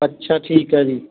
ਅੱਛਾ ਠੀਕ ਹੈ ਜੀ